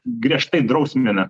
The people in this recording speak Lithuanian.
griežtai drausmina